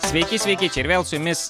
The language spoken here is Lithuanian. sveiki sveiki čia ir vėl su jumis